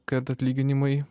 kad atlyginimai